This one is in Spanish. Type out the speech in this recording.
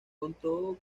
contó